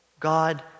God